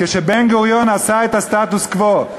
כשבן-גוריון עשה את הסטטוס-קוו,